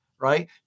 right